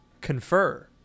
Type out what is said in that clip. confer